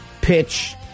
pitch